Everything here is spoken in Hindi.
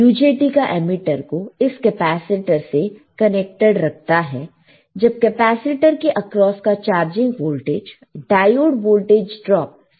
UJT का एमीटर को इस कैपेसिटर से कनेक्टेड रखते हैं जब कैपेसिटर के आक्रोस का charging voltage Vc diode voltage drop से ज्यादा होता है